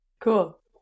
cool